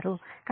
కాబట్టి ఇది 7